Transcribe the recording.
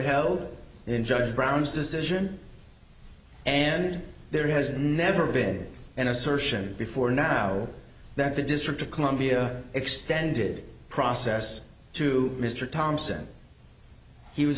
held in judge brown's decision and there has never been an assertion before now that the district of columbia extended process to mr thomson he was